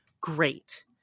great